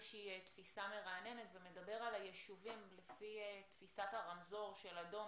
שהיא תפיסה מרעננת ומדבר על היישובים לפי תפיסת הרמזור של אדום,